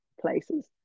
places